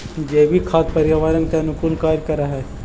जैविक खाद पर्यावरण के अनुकूल कार्य कर हई